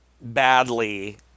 badly